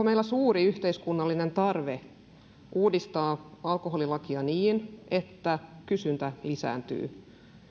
meillä suuri yhteiskunnallinen tarve uudistaa alkoholilakia niin että kysyntä lisääntyy